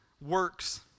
works